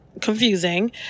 confusing